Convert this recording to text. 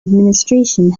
administration